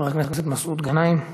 חבר הכנסת מסעוד גנאים.